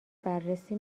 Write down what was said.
بررسی